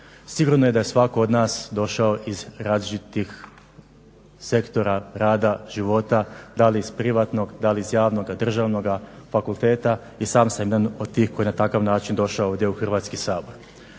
Sigurno je da je svatko od nas došao iz različitih sektora rada života, da li iz privatnog, da li iz javnog, državnog, fakulteta. I sam jedan od tih koji je na takav način došao ovdje u Hrvatski sabor.